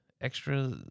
extra